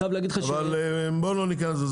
אבל בוא לא ניכנס לזה.